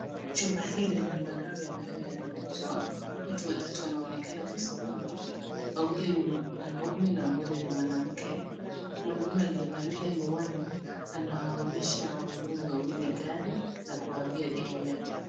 Jumba hili lina magari ambayo yanauzwa. Watu watatu wanaonekana kusimama, wawili ni wanaume na mmoja ni mwanamke. Mwanaume aliyevalia miwani anawaonyesha wanunuzi wawili gari na kuwaambia bei yake.